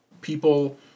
People